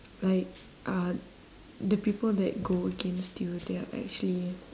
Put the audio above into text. like uh the people that go against you they are actually